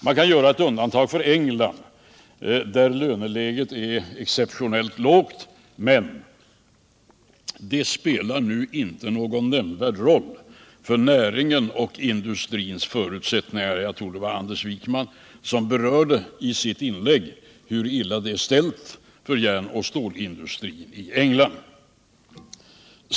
Man kan göra ett undantag för England, där löneläget är exceptionellt lågt, men det spelar nu inte någon nämnvärd roll för näringen och för industrins förutsättningar — jag tror det var Anders Wijkman som berörde hur illa det är ställt för järnoch stålindustrin i England.